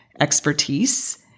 expertise